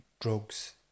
drugs